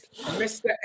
Mr